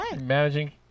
Managing